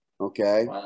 okay